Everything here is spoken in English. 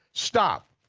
stop,